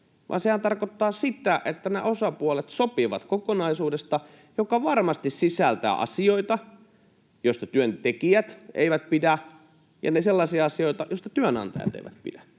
tarkoittaa sitä, että nämä osapuolet sopivat kokonaisuudesta, joka varmasti sisältää asioita, joista työntekijät eivät pidä, ja sellaisia asioita, joista työnantajat eivät pidä.